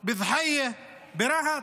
דחייה, ברהט,